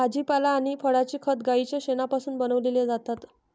भाजीपाला आणि फळांचे खत गाईच्या शेणापासून बनविलेले जातात